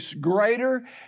greater